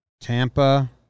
Tampa